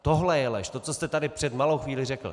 Tohle je lež, to, co jste tady před malou chvílí řekl!